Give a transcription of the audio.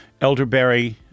elderberry